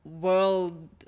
world